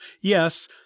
yes